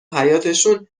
حیاطشون